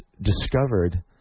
discovered